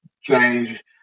change